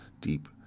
deep